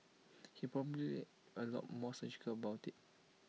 he's probably A lot more surgical about IT